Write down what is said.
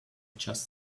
just